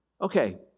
Okay